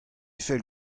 fell